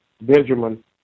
Benjamin